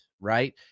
right